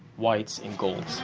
whites and gold.